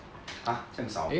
!huh! 这样少 ah